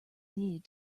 needed